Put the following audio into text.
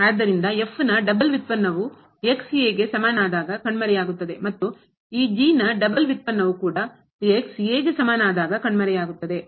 ಆದ್ದರಿಂದ ನ ಡಬಲ್ ವ್ಯುತ್ಪನ್ನವು ಕಣ್ಮರೆಯಾಗುತ್ತದೆ ಮತ್ತು ಈ ಡಬಲ್ ವ್ಯುತ್ಪನ್ನವು ಕೂಡ ಕಣ್ಮರೆಯಾಗುತ್ತದೆ